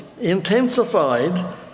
intensified